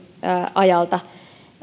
ajalta